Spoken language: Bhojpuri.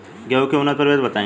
गेंहू के उन्नत प्रभेद बताई?